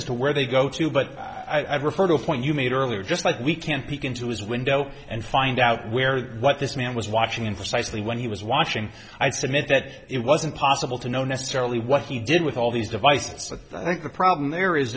as to where they go to but i'd refer to a point you made earlier just like we can't peek into his window and find out where the what this man was watching in precisely when he was watching i submit that it wasn't possible to know necessarily what he did with all these devices so i think the problem there is